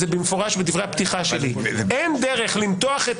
זה במפורש בדברי הפתיחה שלי אין דרך למתוח את